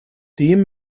dem